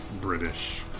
British